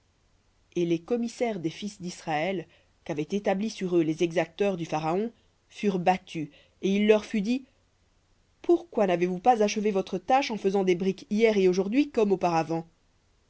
et les commissaires des fils d'israël qu'avaient établis sur eux les exacteurs du pharaon furent battus et il leur fut dit pourquoi n'avez-vous pas achevé votre tâche en faisant des briques hier et aujourd'hui comme auparavant